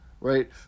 right